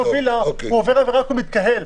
הוא עובר עבירה כשהוא מתקהל.